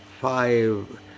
five